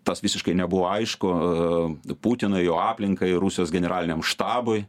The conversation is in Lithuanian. tas visiškai nebuvo aišku putinui jo aplinkai rusijos generaliniam štabui